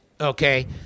Okay